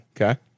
Okay